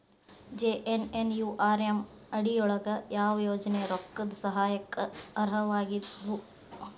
JNNURM ಅಡಿ ಯೊಳಗ ಯಾವ ಯೋಜನೆ ರೊಕ್ಕದ್ ಸಹಾಯಕ್ಕ ಅರ್ಹವಾಗಿದ್ವು?